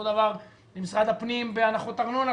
אותו דבר, משרד הפנים בהנחות ארנונה.